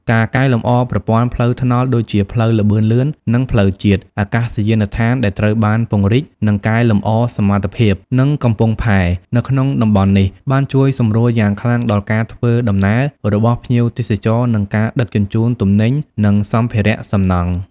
ការកែលម្អប្រព័ន្ធ ផ្លូវថ្នល់ ដូចជាផ្លូវល្បឿនលឿន និងផ្លូវជាតិ អាកាសយានដ្ឋានដែលត្រូវបានពង្រីក និងកែលម្អសមត្ថភាព និង កំពង់ផែ នៅក្នុងតំបន់នេះ បានជួយសម្រួលយ៉ាងខ្លាំងដល់ការធ្វើដំណើរ របស់ភ្ញៀវទេសចរ និង ការដឹកជញ្ជូន ទំនិញ និងសម្ភារៈសំណង់។